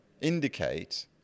indicate